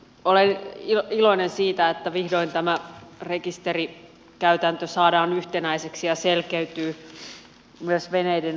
olen iloinen siitä että vihdoin tämä rekisterikäytäntö saadaan yhtenäiseksi ja se selkeytyy myös veneiden osalta